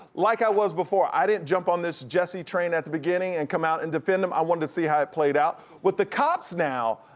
like i was before, i didn't jump on this jussie train at the beginning and come out and defend him, i wanted to see how it played out. with the cops now,